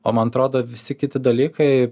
o man atrodo visi kiti dalykai